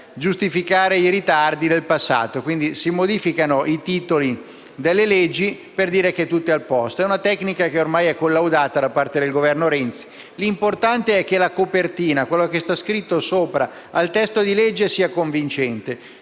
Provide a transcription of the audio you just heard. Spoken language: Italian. giustificare i ritardi del passato. Quindi si modificano i titoli delle leggi per dire che tutto è a posto: una tecnica ormai collaudata da parte del Governo Renzi. L'importante è che la copertina, quello che sta scritto sopra al testo di legge, sia convincente.